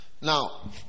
Now